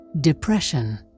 depression